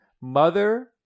Mother